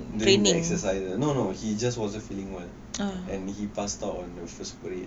during exercise no no he just wasn't feeling well and he passed out on the first parade